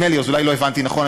נדמה לי, אז אולי לא הבנתי נכון.